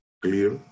clear